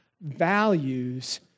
values